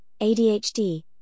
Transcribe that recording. ADHD